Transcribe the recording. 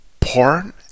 Porn